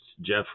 Jeff